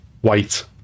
white